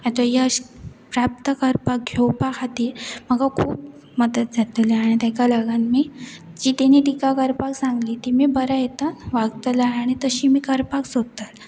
आनी तो यश प्राप्त करपाक घेवपा खातीर म्हाका खूब मदत जातली आनी तेका लागन मी जी तेणी टिका करपाक सांगली ती मी बरें ये वागतले आनी तशी करपाक सोदताली